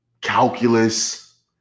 Calculus